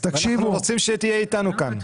אנחנו רוצים תהיה איתנו כאן.